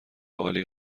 عالی